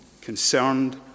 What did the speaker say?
Concerned